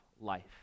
life